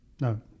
No